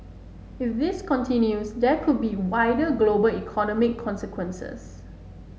if this continues there could be wider global economic consequences